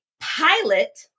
pilot